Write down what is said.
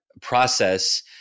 process